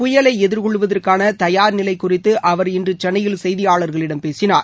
புயலை எதிர்கொள்வதற்கான தயார் நிலை குறித்து அவர் இன்று சென்னையில் செய்தியாளர்களிடம் பேசினார்